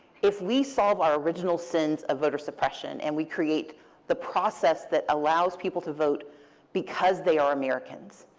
if we solve our original sense of voter suppression and we create the process that allows people to vote because they are americans,